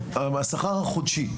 השכר החודשי,